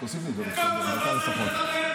תוסיף לי, בבקשה --- אותו לא צריך לפטר?